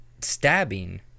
stabbing